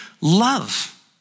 love